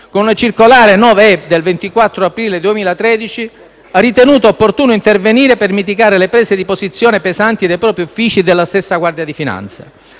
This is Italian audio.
con la circolare 9/E del 24 aprile 2013, ha ritenuto opportuno intervenire per mitigare le pesanti prese di posizione dei propri uffici e della stessa Guardia di finanza.